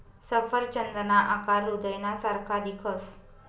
सफरचंदना आकार हृदयना सारखा दिखस